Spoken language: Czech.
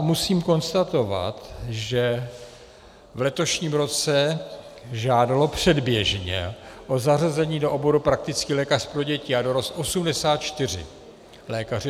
Musím konstatovat, že v letošním roce žádalo předběžně o zařazení do oboru praktický lékař pro děti a dorost 84 lékařů.